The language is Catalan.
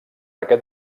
aquest